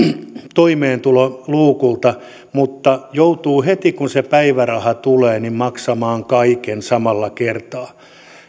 toimeentulotukiluukulta mutta joutuu heti kun se päiväraha tulee maksamaan kaiken samalla kertaa